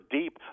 deep